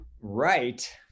right